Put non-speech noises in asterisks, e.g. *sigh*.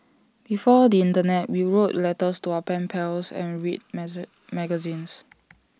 before the Internet we wrote letters to our pen pals and read *unintelligible* magazines